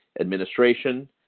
administration